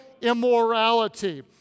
immorality